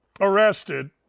arrested